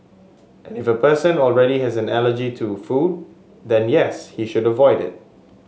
and if a person already has an allergy to a food then yes he should avoid it